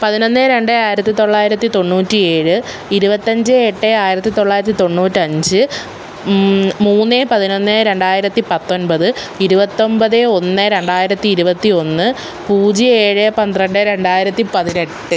പതിനൊന്ന് രണ്ട് ആയിരത്തി തൊള്ളായിരത്തി തൊണ്ണൂറ്റി ഏഴ് ഇരുപത്തി അഞ്ച് എട്ട് ആയിരത്തി തൊള്ളായിരത്തി തൊണ്ണൂറ്റി അഞ്ച് മൂന്ന് പതിനൊന്ന് രണ്ടായിരത്തി പത്തൊൻപത് ഇരുപത്തി ഒൻപത് ഒന്ന് രണ്ടായിരത്തി ഇരുപത്തി ഒന്ന് പൂജ്യം ഏഴ് പന്ത്രണ്ട് രണ്ടായിരത്തി പതിനെട്ട്